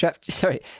Sorry